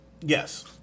Yes